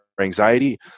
anxiety